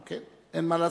נו, כן, אין מה לעשות.